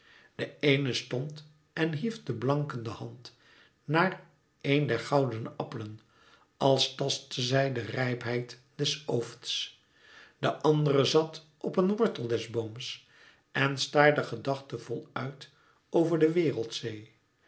de eene stond en hief de blankende hand naar een der goudene appelen als tastte zij de rijpheid des oofts de andere zat op een wortel des booms en staarde gedachtevol uit over de wereldzee